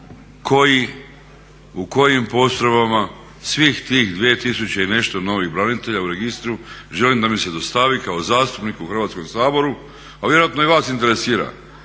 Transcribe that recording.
koji, u kojim postrojbama svih tih 2000 i nešto novih branitelja u registru, želim da mi se dostavi kao zastupniku u Hrvatskom saboru a vjerojatno i vas interesira